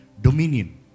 dominion